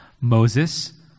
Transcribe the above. Moses